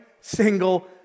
single